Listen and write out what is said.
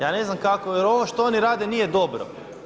Ja ne znam kako, jer ovo što oni rade nije dobro.